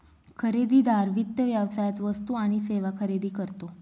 खरेदीदार वित्त व्यवसायात वस्तू आणि सेवा खरेदी करतो